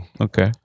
Okay